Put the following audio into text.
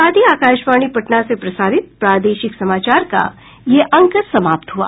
इसके साथ ही आकाशवाणी पटना से प्रसारित प्रादेशिक समाचार का ये अंक समाप्त हुआ